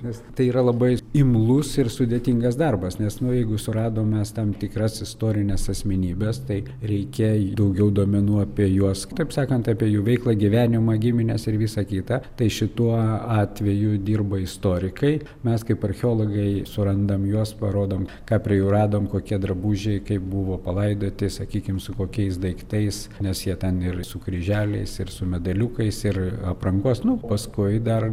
nes tai yra labai imlus ir sudėtingas darbas nes nu jeigu suradom mes tam tikras istorines asmenybes tai reikia daugiau duomenų apie juos taip sakant apie jų veiklą gyvenimą gimines ir visa kita tai šituo atveju dirba istorikai mes kaip archeologai surandam juos parodom ką prie jų radom kokie drabužiai kaip buvo palaidoti sakykim su kokiais daiktais nes jie ten ir su kryželiais ir su medaliukais ir aprangos nu paskui dar